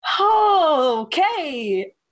okay